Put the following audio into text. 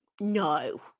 no